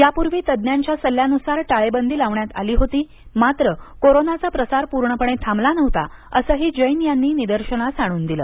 यापूर्वी तज्ञांच्या सल्ल्यानुसार टाळेबंदी लावण्यात आली होती मात्र कोरोनाचा प्रसार पूर्णपणे थांबला नव्हता असंही जैन यांनी निदर्शनास आणून दिलं